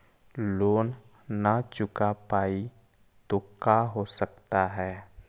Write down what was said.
Loan न चुका पाई तो का हो सकता है?